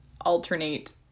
alternate